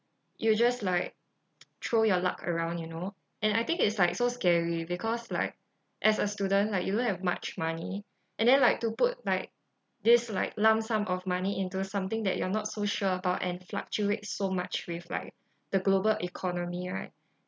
you just like throw your luck around you know and I think it's like so scary because like as a student like you don't have much money and then like to put like this like lump sum of money into something that you're not so sure about and fluctuates so much with like the global economy right